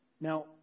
now